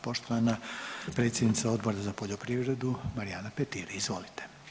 Poštovana predsjednica Odbora za poljoprivredu, Marijana Petir, izvolite.